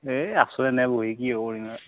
এই আছোঁ এনেই বহি কি হ'ব ইমান